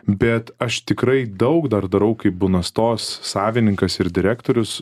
bet aš tikrai daug dar darau kaip bunastos savininkas ir direktorius